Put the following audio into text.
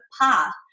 path